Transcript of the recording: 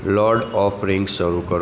lord of Rings શરુ કરો